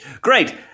Great